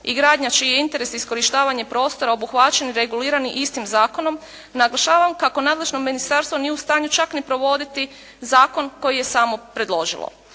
i gradnja čiji je interes iskorištavanje prostora obuhvaćen i regulirani istim zakonom naglašavam kako nadležno ministarstvo nije u stanju čak ni provoditi zakon koji je samo predložilo.